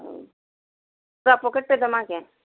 ପୁରା ପ୍ୟାକେଟ୍ଟେ ଦମା କେଁ